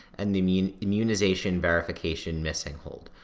and the i mean immunization verification missing hold.